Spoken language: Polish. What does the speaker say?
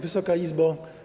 Wysoka Izbo!